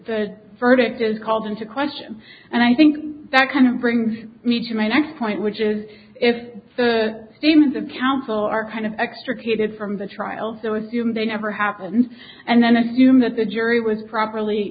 the verdict is called into question and i think that kind of brings me to my next point which is if the themes of counsel are kind of extricated from the trial so assume they never happened and then assume that the jury was properly